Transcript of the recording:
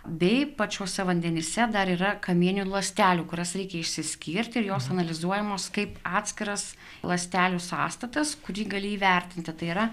bei pačiuose vandenyse dar yra kamieninių ląstelių kurias reikia išsiskirti ir jos analizuojamos kaip atskiras ląstelių sąstatas kurį gali įvertinti tai yra